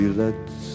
lets